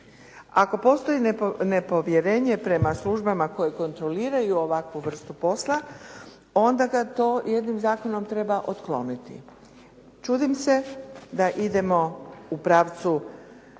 Ako postoji nepovjerenje prema službama koje kontroliraju ovakvu vrstu posla, onda ga to jednim zakonom treba otkloniti. Čudim se da idemo u pravcu